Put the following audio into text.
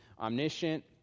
omniscient